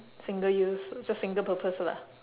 single use so just single purpose lah